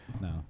No